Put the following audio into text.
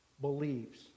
believes